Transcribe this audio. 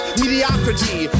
mediocrity